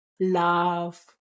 love